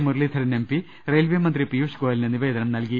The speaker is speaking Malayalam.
മുരളീധരൻ എംപി റയിൽവേ മന്ത്രി പിയൂഷ് ഗ്നോയലിന് നിവേദനം നൽകി